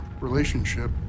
relationship